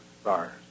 stars